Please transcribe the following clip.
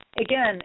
Again